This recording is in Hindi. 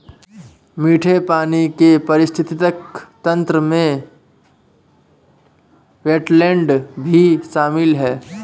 मीठे पानी के पारिस्थितिक तंत्र में वेट्लैन्ड भी शामिल है